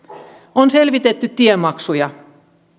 on selvitetty tiemaksuja